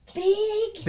big